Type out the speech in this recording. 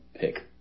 pick